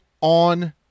on